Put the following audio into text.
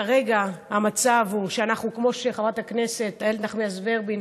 כמו שחברת הכנסת איילת נחמיאס ורבין,